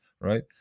right